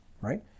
right